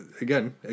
again